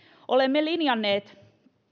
olemme linjanneet